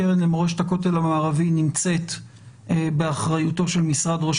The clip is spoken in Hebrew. הקרן למורשת הכותל המערבי נמצאת באחריותו של משרד ראש